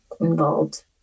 involved